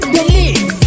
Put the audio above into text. Delete